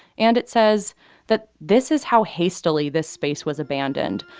and it says that this is how hastily this space was abandoned.